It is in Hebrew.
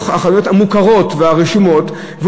בחנויות המוכרות והרשומות,